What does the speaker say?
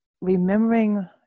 remembering